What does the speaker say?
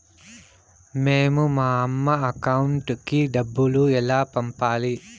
మేము మా అమ్మ అకౌంట్ కి డబ్బులు ఎలా పంపాలి